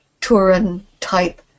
Turin-type